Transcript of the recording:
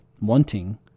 wanting